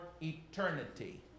eternity